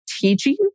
teaching